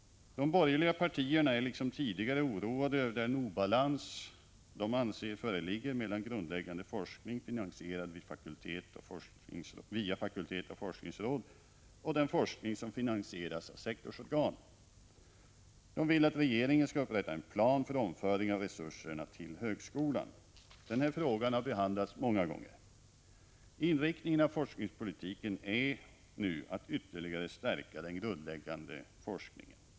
De borgerliga partierna är liksom tidigare oroade över den obalans de anser föreligga mellan grundläggande forskning finansierad via fakultet och forskningsråd och den forskning som finansieras av sektorsorgan. De vill att regeringen skall upprätta en plan för omföring av resurserna till högskolan. Denna fråga har behandlats många gånger. Inriktningen av forskningspolitiken är nu att ytterligare stärka den grundläggande forskningen.